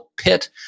pit